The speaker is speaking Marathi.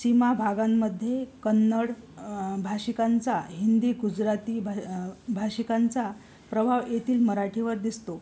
सीमा भागांमध्ये कन्नड भाषिकांचा हिंदी गुजराती भ भाषिकांचा प्रभाव येथील मराठीवर दिसतो